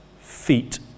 feet